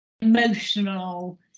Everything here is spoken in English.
emotional